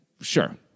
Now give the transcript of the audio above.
sure